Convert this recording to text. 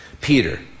Peter